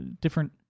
different